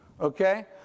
Okay